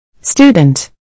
Student